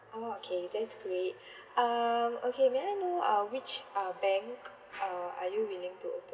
oh okay that's great um okay may I know uh which uh bank uh are you willing to open